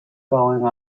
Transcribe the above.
going